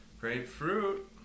Grapefruit